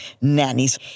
nannies